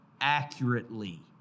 accurately